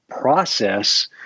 process